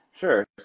Sure